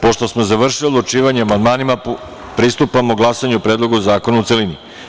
Pošto smo završili odlučivanje o amandmanima, pristupamo glasanju o Predlogu zakona, u celini.